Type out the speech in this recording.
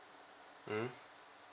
mm